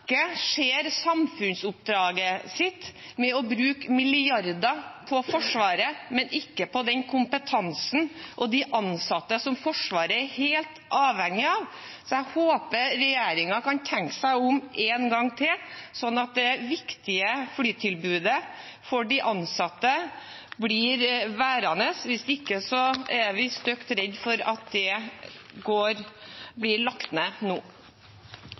samfunnsoppdraget sitt når de bruker milliarder på Forsvaret, men ikke på den kompetansen og de ansatte som Forsvaret er helt avhengig av. Jeg håper regjeringen vil tenke seg om én gang til, slik at det viktige flytilbudet for de ansatte opprettholdes. Hvis ikke er vi stygt redde for at det blir lagt ned nå.